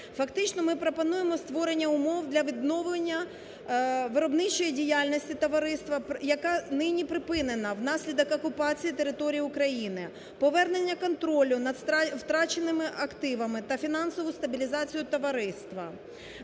Фактично ми пропонуємо створення умов для відновлення виробничої діяльності товариства, яка нині припинена в наслідок окупації території України, повернення контролю над втраченими активами та фінансову стабілізацію товариства.